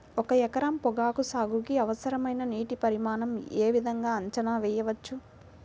ఒక ఎకరం పొగాకు సాగుకి అవసరమైన నీటి పరిమాణం యే విధంగా అంచనా వేయవచ్చు?